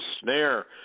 snare